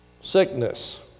sickness